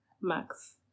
Max